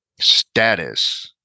status